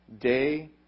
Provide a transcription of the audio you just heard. day